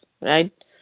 right